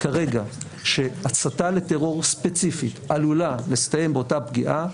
כרגע שהסתה לטרור ספציפית עלולה להסתיים באותה פגיעה,